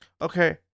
okay